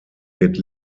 wird